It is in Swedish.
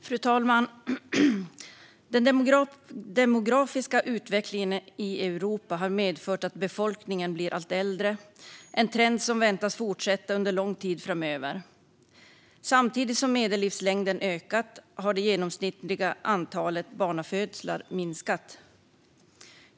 Fru talman! Den demografiska utvecklingen i Europa har medfört att befolkningen blir allt äldre, en trend som väntas fortsätta under lång tid framöver. Samtidigt som medellivslängden ökat har det genomsnittliga antalet barnafödslar minskat.